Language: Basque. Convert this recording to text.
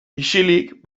isilik